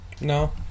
No